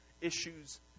issues